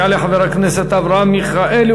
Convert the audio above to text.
יעלה חבר הכנסת אברהם מיכאלי.